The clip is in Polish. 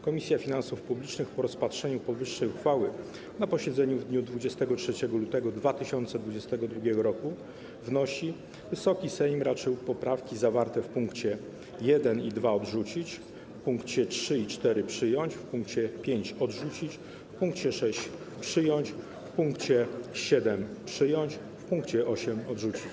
Komisja Finansów Publicznych po rozpatrzeniu powyższej uchwały na posiedzeniu w dniu 23 lutego 2022 r. wnosi, aby Wysoki Sejm raczył poprawki zawarte w pkt 1 i 2 odrzucić, w pkt 3 i 4 - przyjąć, w pkt 5 - odrzucić, w pkt 6 - przyjąć, w pkt 7 - przyjąć, w pkt 8 - odrzucić.